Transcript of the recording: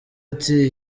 ati